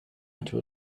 into